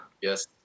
Yes